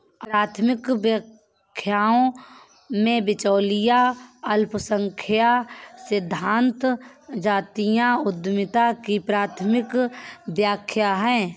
आर्थिक व्याख्याओं में, बिचौलिया अल्पसंख्यक सिद्धांत जातीय उद्यमिता की प्राथमिक व्याख्या है